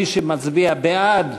מי שמצביע בעד,